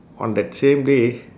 on that same day